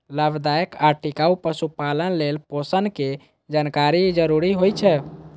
लाभदायक आ टिकाउ पशुपालन लेल पोषणक जानकारी जरूरी छै